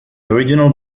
original